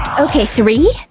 ok three,